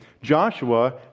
joshua